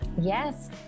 Yes